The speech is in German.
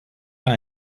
jahr